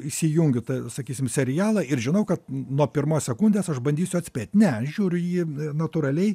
įsijungiu tą sakysim serialą ir žinau kad nuo pirmos sekundės aš bandysiu atspėt ne žiūriu jį natūraliai